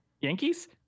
Yankees